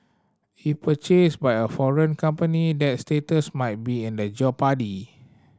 if purchased by a foreign company that status might be in jeopardy